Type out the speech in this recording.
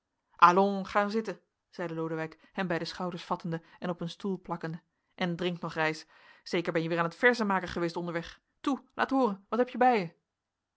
allons ga zitten zeide lodewijk hem bij de schouders vattende en op een stoel plakkende en drink nog reis zeker ben je weer aan t verzenmaken geweest onderweg toe laat hooren wat heb je bij